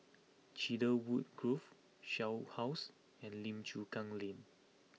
Cedarwood Grove Shell House and Lim Chu Kang Lane